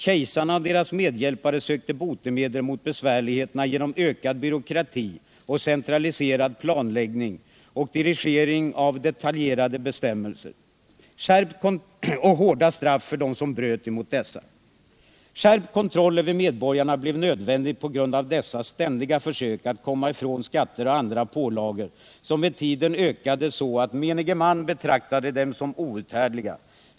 Kejsarna och deras medhjälpare sökte botemedel mot besvärligheterna genom ökad byråkrati och centraliserad planläggning och dirigering genom detaljerade bestämmelser och hårda straff för dem som bröt mot dessa. --- Skärpt kontroll över medborgarna blev nödvändigt på grund av dessas ständiga försök att komma från skatter och andra pålagor, som med tiden ökades, så att menige man betraktade dem som outhärdliga.